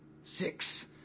six